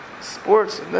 sports